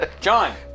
John